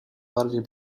bardziej